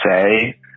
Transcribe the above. say